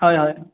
হয় হয়